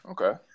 Okay